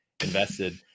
invested